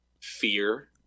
fear